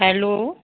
hello